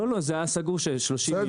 לא, לא, זה היה סגור 30 מיליון.